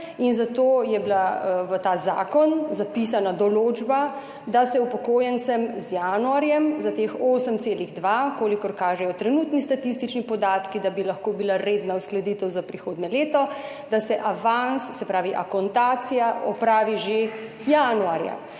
zato je bila v ta zakon zapisana določba, da se upokojencem z januarjem za teh 8,2, kolikor kažejo trenutni statistični podatki, da bi lahko bila redna uskladitev za prihodnje leto, avans, se pravi akontacija, opravi že januarja.